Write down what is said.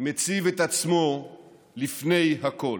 מציב את עצמו לפני הכול.